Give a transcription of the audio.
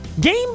Game